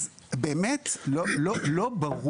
אז זה באמת לא ברור.